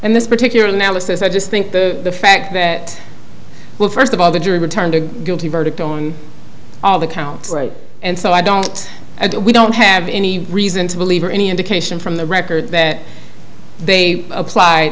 in this particular analysis i just think the fact that well first of all the jury returned a guilty verdict on all the counts and so i don't we don't have any reason to believe or any indication from the record that they apply